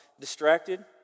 distracted